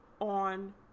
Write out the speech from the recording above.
on